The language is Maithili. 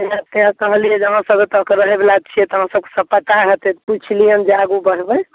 सएह तै कहलिए जे अहाँ सब तऽ ओतऽ कऽ रहए बला छियै तऽ अहाँ सबके तऽ सब पता होयतै पूछि लिअनि जे आगू बढ़बै